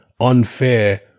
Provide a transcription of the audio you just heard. unfair